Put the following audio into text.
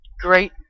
great